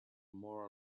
more